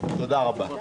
תודה רבה.